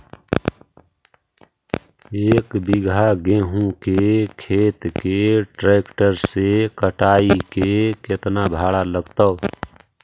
एक बिघा गेहूं के खेत के ट्रैक्टर से कटाई के केतना भाड़ा लगतै?